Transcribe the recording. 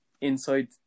inside